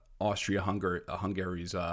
Austria-Hungary's